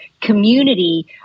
community